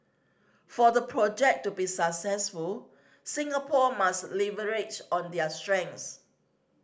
for the project to be successful Singapore must leverage on there strengths